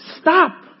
stop